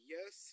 Yes